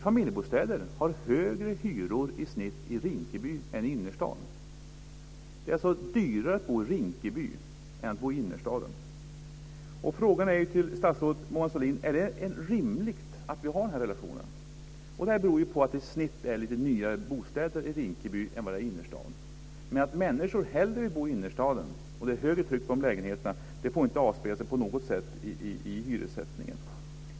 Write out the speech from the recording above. Familjebostäder har i snitt högre hyror i Rinkeby än i innerstaden. Det är alltså dyrare att bo i Rinkeby än att bo i innerstaden. Min fråga till statsrådet Mona Sahlin är: Är det rimligt att vi har den relationen? Det beror på att det i snitt är lite nyare bostäder i Rinkeby än i innerstaden. Att människor hellre bor i innerstaden och att det är högre tryck efter de lägenheterna får inte avspegla sig i hyressättningen.